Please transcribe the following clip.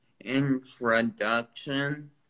introduction